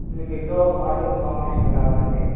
మీకు yellow orange కాంబినేషన్లో కావాలా అండి